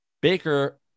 baker